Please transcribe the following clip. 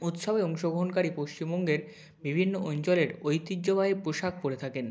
উৎসবে অংশগ্রহণকারী পশ্চিমবঙ্গের বিভিন্ন অঞ্চলের ঐতিহ্যবাহী পোশাক পরে থাকেন